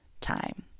time